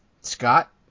Scott